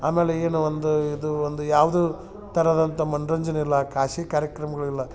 ಆಮೇಲೆ ಏನು ಒಂದ ಇದು ಒಂದು ಯಾವುದು ಥರದಂಥ ಮನರಂಜನೆ ಇಲ್ಲ ಖಾಸಗಿ ಕಾರ್ಯಕ್ರಮಗಳಿಲ್ಲ